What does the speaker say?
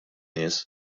nies